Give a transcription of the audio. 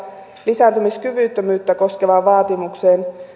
lisääntymiskyvyttömyyttä koskevaan vaatimukseen